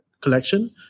collection